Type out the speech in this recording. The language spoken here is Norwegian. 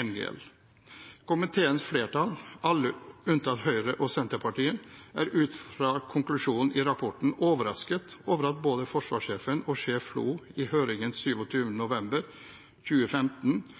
NGL. Komiteens flertall, alle unntatt Høyre og Senterpartiet, er ut fra konklusjonen i rapporten overrasket over at både forsvarssjefen og sjef FLO i høringen 27. november 2015